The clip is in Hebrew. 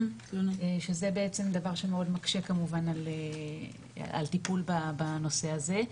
שזה בעצם דבר שמאוד מקשה כמובן על טיפול בנושא הזה,